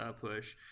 push